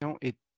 est